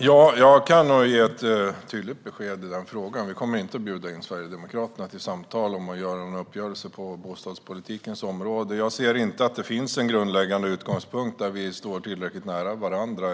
Herr talman! Jag kan ge tydligt besked i den frågan: Vi kommer inte att bjuda in Sverigedemokraterna till samtal om att göra en uppgörelse på bostadspolitikens område. Jag ser inte att det finns en grundläggande utgångspunkt där vi står tillräckligt nära varandra.